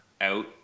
out